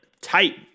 tight